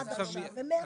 עד עכשיו ומעכשיו,